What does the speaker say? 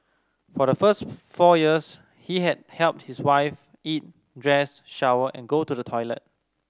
for the first four years he has helped his wife eat dress shower and go to the toilet